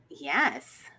Yes